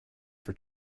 for